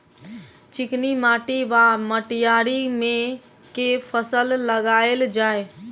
चिकनी माटि वा मटीयारी मे केँ फसल लगाएल जाए?